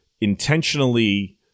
intentionally